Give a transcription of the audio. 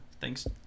Thanks